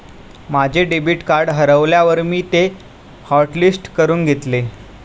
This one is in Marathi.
माझे डेबिट कार्ड हरवल्यावर मी ते हॉटलिस्ट करून घेतले